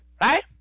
Right